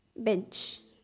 benched